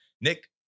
Nick